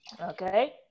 Okay